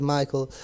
Michael